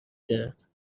کرد